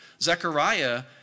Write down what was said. Zechariah